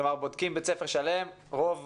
כלומר, בודקים בית ספר שלם והתקווה היא שרוב